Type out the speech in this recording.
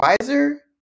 wiser